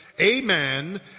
Amen